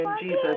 Jesus